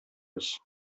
без